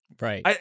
Right